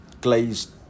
glazed